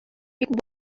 бик